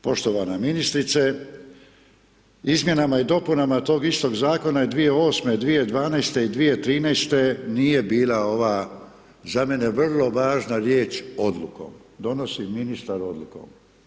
Poštovana ministrice, Izmjenama i dopunama tog istog zakona je 2008., 2012. i 2013. nije bila ova, za mene vrlo važna riječ-odlukom, donosi ministar odlukom.